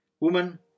Woman